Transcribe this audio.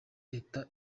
leta